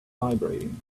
vibrating